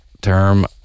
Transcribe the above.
term